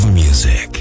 music